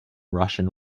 russian